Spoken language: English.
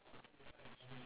ya lah